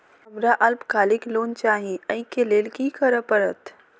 हमरा अल्पकालिक लोन चाहि अई केँ लेल की करऽ पड़त?